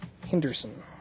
Henderson